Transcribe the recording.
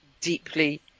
deeply